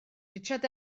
richard